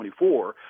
24